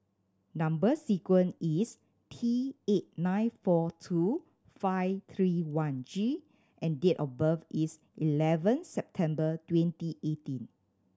number sequence is T eight nine four two five three one G and date of birth is eleven September twenty eighteen